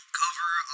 cover